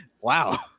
wow